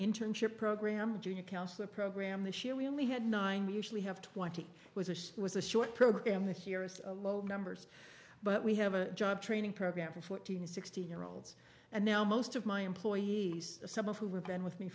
internship program with junior counselor program this year we only had nine we usually have twenty was it was a short program we hear it's a low numbers but we have a job training program for fourteen sixteen year olds and now most of my employees some of who were been with me